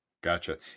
Gotcha